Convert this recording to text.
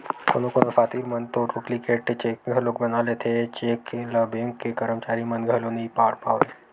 कोनो कोनो सातिर मन तो डुप्लीकेट चेक घलोक बना लेथे, ए चेक ल बेंक के करमचारी मन घलो नइ ताड़ पावय